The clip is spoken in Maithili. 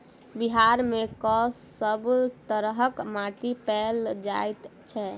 बिहार मे कऽ सब तरहक माटि पैल जाय छै?